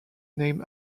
named